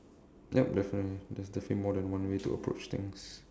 yup definitely there's definitely more than one way to approach things